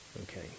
okay